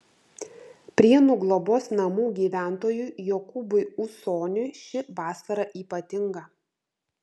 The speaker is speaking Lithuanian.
prienų globos namų gyventojui jokūbui ūsoniui ši vasara ypatinga